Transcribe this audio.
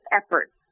efforts